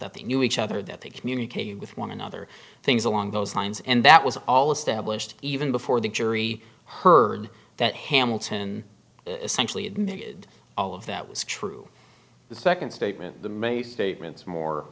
that they knew each other that they communicated with one another things along those lines and that was all established even before the jury heard that hamilton essentially admitted all of that was true the second statement made statements more